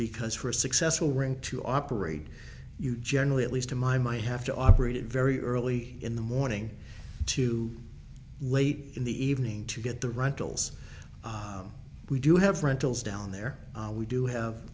because for a successful rink to operate you generally at least in my might have to operated very early in the morning too late in the evening to get the right tools we do have rentals down there we do have